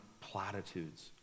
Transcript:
platitudes